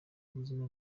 ubuzima